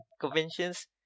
conventions